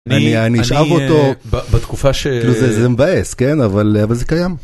אני אשאב אותו בתקופה ש... זה מבאס, כן, אבל זה אבל זה קיים.